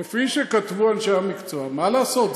כפי שכתבו אנשי המקצוע, מה לעשות?